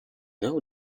know